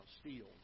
steal